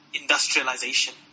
Industrialization